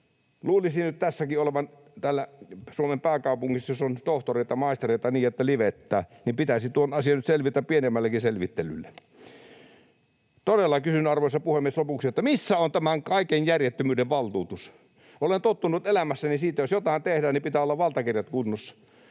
Täällä Suomen pääkaupungissa, jossa on tohtoreita ja maistereita niin että livettää, pitäisi tuon asian nyt selvitä pienemmälläkin selvittelyllä. Todella kysyn, arvoisa puhemies, lopuksi: missä on tämän kaiken järjettömyyden valtuutus? Olen tottunut elämässäni siihen, että jos jotain tehdään, niin pitää olla valtakirjat kunnossa.